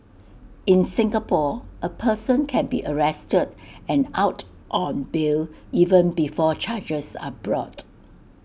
in Singapore A person can be arrested and out on bail even before charges are brought